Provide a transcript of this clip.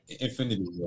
Infinity